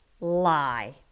lie